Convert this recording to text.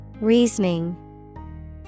Reasoning